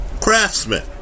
craftsman